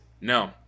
No